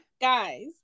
guys